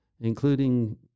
including